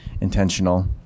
intentional